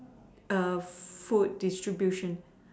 err food distribution